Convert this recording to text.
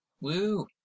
Woo